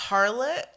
Harlot